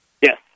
Yes